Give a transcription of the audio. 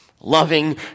loving